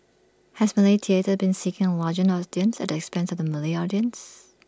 has Malay theatre been seeking the larger audience at the expense of the Malay audience